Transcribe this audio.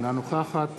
אינה נוכחת